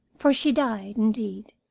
for she died, indeed,